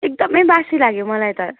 एकदमै बासी लाग्यो मलाई त